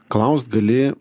klaust gali